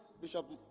Bishop